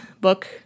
book